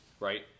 Right